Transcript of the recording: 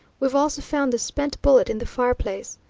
we've also found the spent bullet in the fireplace.